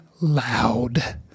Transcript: loud